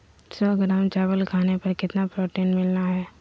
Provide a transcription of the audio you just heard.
सौ ग्राम चावल खाने पर कितना प्रोटीन मिलना हैय?